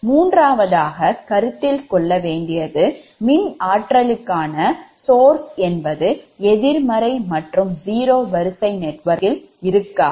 மூன்றாவதாக கருத்தில் கொள்ளவேண்டியது மின் ஆற்றலுக்கான source என்பது எதிர்மறை மற்றும் zero வரிசை நெட்வொர்க்கில் இருக்காது